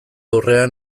aurrean